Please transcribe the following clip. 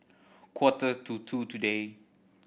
quarter to two today